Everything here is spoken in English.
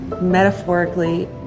metaphorically